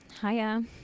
Hiya